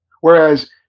whereas